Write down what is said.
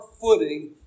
footing